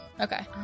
okay